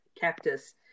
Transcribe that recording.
cactus